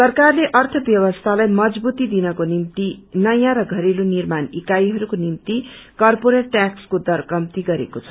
सरकारले अर्थ व्यवस्थालाई मजवुती दिनको निम्ति नयाँ र घरेलू निर्माण इकाईहरूको निम्ति करपोरेट टैक्सको दर कम्ती गरेको छ